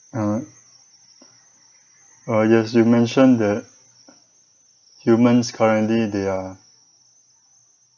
uh ah yes you mention that the humans currently they are